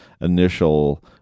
initial